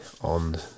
on